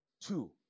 two